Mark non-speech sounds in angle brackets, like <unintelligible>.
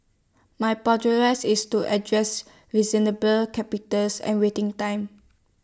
my <unintelligible> is to address reasonable capitals and waiting times